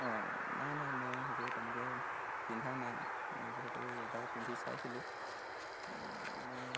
অঁ নাই নাই মই সেইযোৰ তেনেকৈ পিন্ধা নাই মই যিহেতু এবাৰ পিন্ধি চাইছিলোঁ মোলৈ